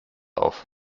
auf